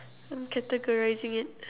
I'm categorizing it